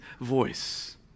voice